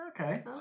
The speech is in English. okay